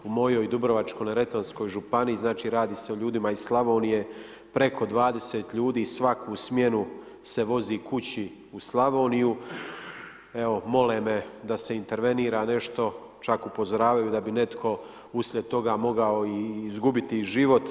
U mojoj Dubrovačko-neretvanskoj županiji, znači radi se o ljudima iz Slavonije, preko 20 ljudi svaku smjenu se vozi kući u Slavonije, evo, mole me da se intervenira nešto, čak upozoravaju da bi netko uslijed toga mogao i izgubiti život.